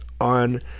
on